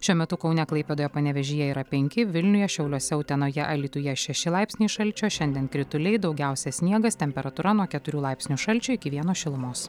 šiuo metu kaune klaipėdoje panevėžyje yra penki vilniuje šiauliuose utenoje alytuje šeši laipsniai šalčio šiandien krituliai daugiausia sniegas temperatūra nuo keturių laipsnių šalčio iki vieno šilumos